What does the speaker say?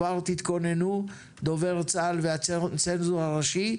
דובר צה"ל והצנזור הראשי,